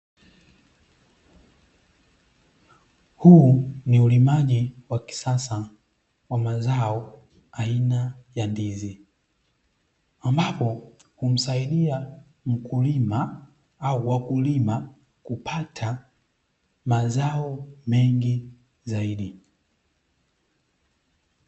Huu ni ulimaji wa kisasa wa mazao aina ya ndizi, ambapo humsaidia mkulima au wakulima kupata mazao mengi zaidi.